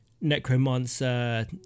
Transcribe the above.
necromancer